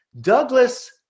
Douglas